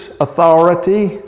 authority